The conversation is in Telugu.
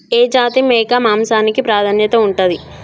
ఏ జాతి మేక మాంసానికి ప్రాధాన్యత ఉంటది?